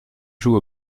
joue